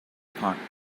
parked